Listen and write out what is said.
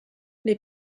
les